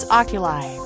oculi